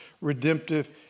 redemptive